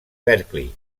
berkeley